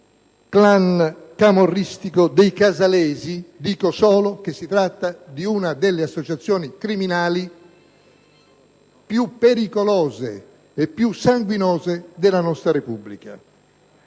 *clan* camorristico dei casalesi. Mi limito a ricordare che si tratta di una delle associazioni criminali più pericolose e sanguinose della nostra Repubblica.